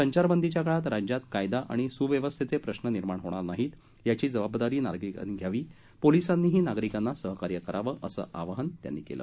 संचारबंदीच्या काळात राज्यात कायदा आणि सुव्यवस्थेचे प्रश्न निर्माण होणार नाहीत याची जबाबदारी नागरिकांनी घ्यावी पोलीसांनीही नागरिकांना सहकार्य करावं असं आवाहन त्यांनी केलं